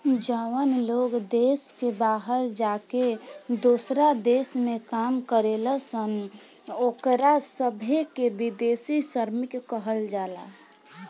जवन लोग देश के बाहर जाके दोसरा देश में काम करेलन ओकरा सभे के विदेशी श्रमिक कहल जाला